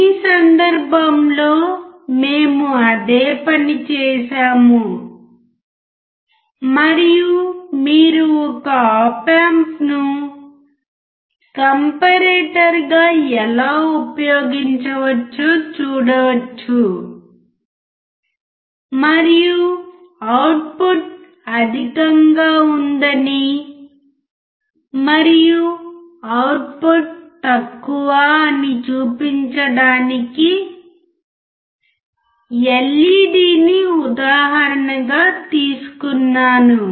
ఈ సందర్భంలో మేము అదే పని చేసాము మరియు మీరు ఒక ఆప్ ఆంప్ను కాంపారేటర్గా ఎలా ఉపయోగించవచ్చో చూడవచ్చు మరియు అవుట్పుట్ అధికంగా ఉందని మరియు అవుట్పుట్ తక్కువ అని చూపించడానికి ఎల్ఈడీ ని ఉదాహరణగా తీసుకున్నాను